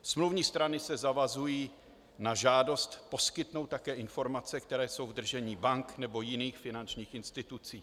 Smluvní strany se zavazují na žádost poskytnout také informace, které jsou v držení bank nebo jiných finančních institucí.